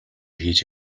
хийж